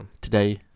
today